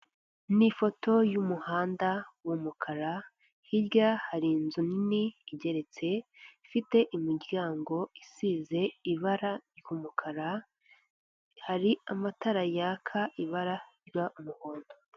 Ni ifoto y'umuhanda w'umukara, hirya hari inzu nini igeretse, ifite imiryango isize ibara ry'umukara, hari amatara yaka ibara rya umuhondo.